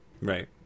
Right